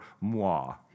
moi